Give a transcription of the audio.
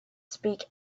speak